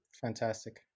Fantastic